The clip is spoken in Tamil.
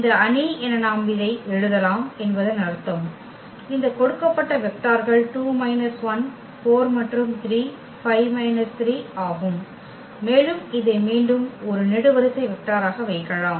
இந்த அணி என நாம் இதை எழுதலாம் என்பதன் அர்த்தம் இந்த கொடுக்கப்பட்ட வெக்டார்கள் 2 மைனஸ் 1 4 மற்றும் 3 5 மைனஸ் 3 ஆகும் மேலும் இதை மீண்டும் ஒரு நெடுவரிசை வெக்டராக வைக்கலாம்